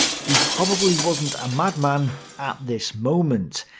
he probably wasn't a madman at this moment,